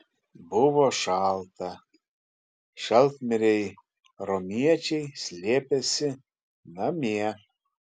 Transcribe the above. buvo šalta šaltmiriai romiečiai slėpėsi namie